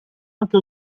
anche